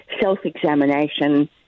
self-examination